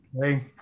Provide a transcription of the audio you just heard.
Hey